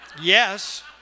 Yes